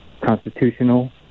constitutional